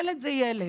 ילד זה ילד,